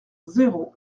zéro